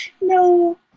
No